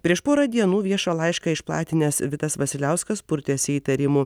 prieš porą dienų viešą laišką išplatinęs vitas vasiliauskas purtėsi įtarimų